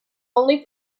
only